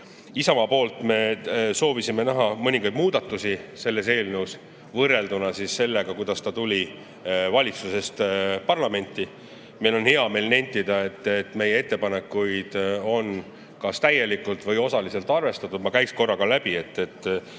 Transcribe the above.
Isamaa soovis näha mõningaid muudatusi selles eelnõus võrrelduna sellega, millisena see tuli valitsusest parlamenti. Meil on hea meel nentida, et meie ettepanekuid on kas täielikult või osaliselt arvestatud. Ma käin korra läbi,